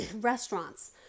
restaurants –